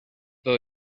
todo